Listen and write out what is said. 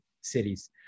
cities